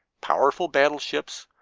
powerful battleships,